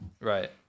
right